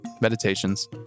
meditations